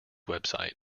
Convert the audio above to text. website